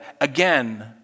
again